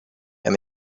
and